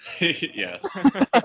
Yes